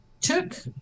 took